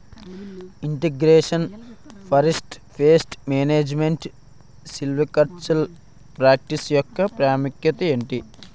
integration forest pest management silvicultural practice యెక్క ప్రాముఖ్యత ఏంటి